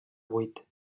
vuit